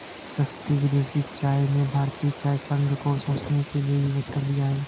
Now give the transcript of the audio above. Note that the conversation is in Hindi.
सस्ती विदेशी चाय ने भारतीय चाय संघ को सोचने के लिए विवश कर दिया है